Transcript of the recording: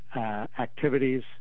activities